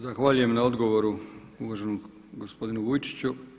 Zahvaljujem na odgovoru uvaženom gospodinu Vujčiću.